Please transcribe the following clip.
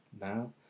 now